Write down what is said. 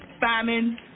famine